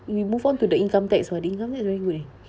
we move on to the income tax !wah! the income tax very good eh